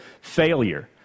failure